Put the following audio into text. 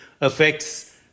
affects